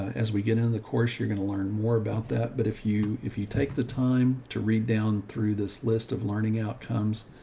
as we get into the course, you're going to learn more about that. but if you, if you take the time to read down through this list of learning outcomes,